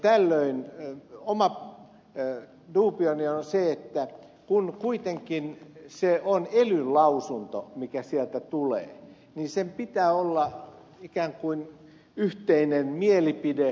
tällöin oma dubioni on se että kun se kuitenkin on elyn lausunto mikä sieltä tulee niin sen pitää olla ikään kuin yhteinen mielipide